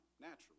naturally